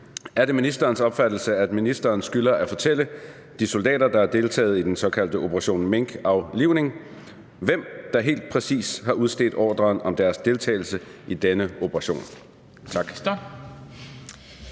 Er det ministerens opfattelse, at ministeren skylder at fortælle de soldater, der har deltaget i operation minkaflivning, hvem der helt præcis har udstedt ordren om deres deltagelse i denne operation?